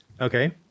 Okay